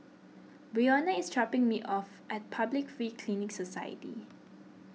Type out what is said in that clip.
Brionna is dropping me off at Public Free Clinic Society